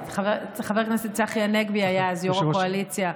חבר הכנסת צחי הנגבי היה אז יו"ר הקואליציה,